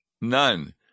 None